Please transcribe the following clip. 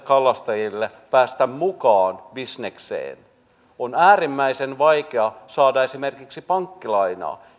kalastajien pääsemistä mukaan bisnekseen on äärimmäisen vaikeaa saada esimerkiksi pankkilainaa